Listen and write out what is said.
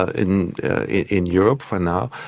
ah in in europe for now,